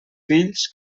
fills